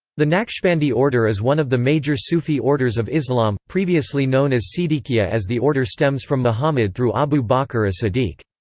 the naqshbandi order is one of the major sufi orders of islam, previously known as siddiqiyya as the order stems from mohammad through abu bakr as-siddiq.